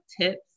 tips